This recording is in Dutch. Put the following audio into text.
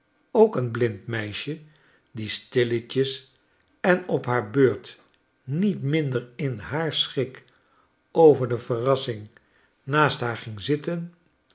ook een blind meisje die stilletjes en op haar beurt niet minder in haar schik over de verrassing naast haar ging zitten